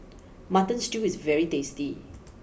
Mutton Stew is very tasty